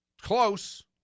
Close